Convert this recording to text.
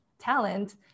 talent